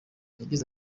yagize